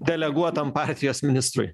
deleguotam partijos ministrui